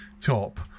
top